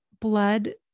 blood